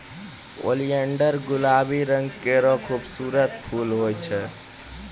oleander गुलाबी रंग केरो खूबसूरत फूल होय छै